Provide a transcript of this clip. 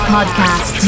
Podcast